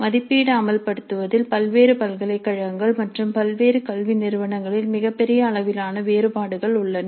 மதிப்பீடு அமல்படுத்துவதில் பல்வேறு பல்கலைகழகங்கள் மற்றும் பல்வேறு கல்வி நிறுவனங்களில் மிகப்பெரிய அளவிலான வேறுபாடுகள் உள்ளன